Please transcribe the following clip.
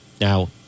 Now